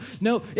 No